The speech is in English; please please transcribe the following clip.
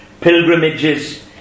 pilgrimages